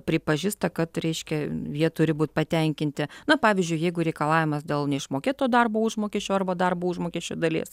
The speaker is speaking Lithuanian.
pripažįsta kad reiškia jie turi būt patenkinti na pavyzdžiui jeigu reikalavimas dėl neišmokėto darbo užmokesčio arba darbo užmokesčio dalies